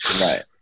Right